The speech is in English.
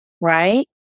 right